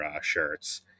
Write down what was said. shirts